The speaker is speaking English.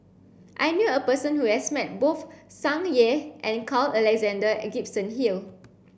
I knew a person who has met both Tsung Yeh and Carl Alexander and Gibson Hill